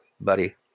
Buddy